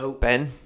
Ben